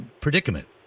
predicament